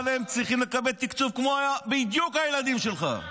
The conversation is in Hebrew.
אבל הם צריכים לקבל תקציב בדיוק כמו הילדים שלך,